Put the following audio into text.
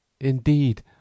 Indeed